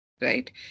right